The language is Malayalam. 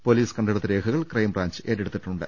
പൊലീസ് കണ്ടെ ടുത്ത രേഖകൾ ക്രൈംബ്രാഞ്ച് ഏറ്റെട്ടുത്തിട്ടുണ്ട്